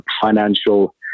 financial